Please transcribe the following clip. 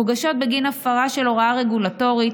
מוגשות בגין הפרה של הוראה רגולטורית,